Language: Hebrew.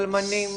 אלמנים.